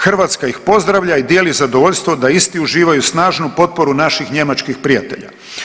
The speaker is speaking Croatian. Hrvatska ih pozdravlja i dijeli zadovoljstvo da isti uživaju snažnu potporu naših njemačkih prijatelja.